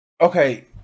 Okay